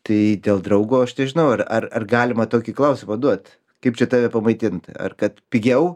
tai dėl draugo aš nežinau ar ar ar galima tokį klausimą duot kaip čia tave pamaitint ar kad pigiau